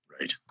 Right